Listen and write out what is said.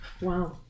Wow